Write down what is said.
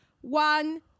one